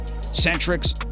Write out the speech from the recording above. Centric's